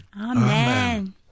Amen